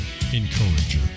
encourager